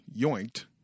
yoinked